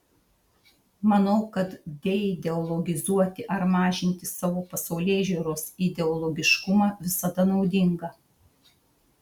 manau kad deideologizuoti ar mažinti savo pasaulėžiūros ideologiškumą visada naudinga